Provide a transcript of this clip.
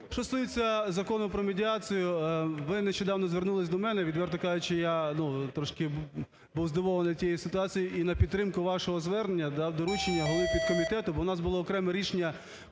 Що стосується Закону про медіацію, ви нещодавно звернулись до мене, відверто кажучи, я трошки був здивований тією ситуацією. І на підтримку вашого звернення дав доручення голові підкомітету, бо у нас було окреме рішення